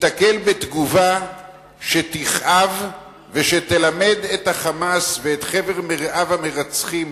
ייתקל בתגובה שתכאב ותלמד את ה"חמאס" ואת חבר מרעיו המרצחים